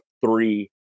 three